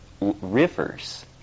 rivers